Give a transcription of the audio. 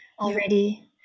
already